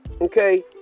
Okay